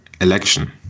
Election